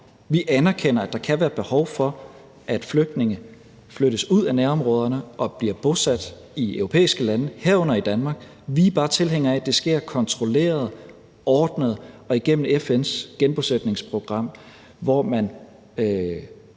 Vi anerkender, at der kan være behov for, at flygtninge flyttes ud af nærområderne og bliver bosat i europæiske lande, herunder i Danmark; vi er bare tilhængere af, at det sker kontrolleret, ordnet og gennem FN's genbosætningsprogram, hvor man